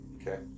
Okay